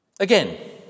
Again